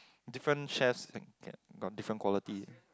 different chefs can get got different quality